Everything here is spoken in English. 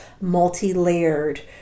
multi-layered